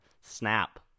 Snap